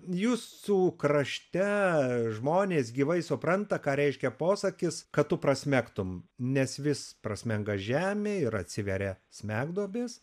jūsų krašte žmonės gyvai supranta ką reiškia posakis kad tu prasmegtum nes vis prasmenga žemė ir atsiveria smegduobės